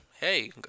hey